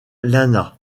lana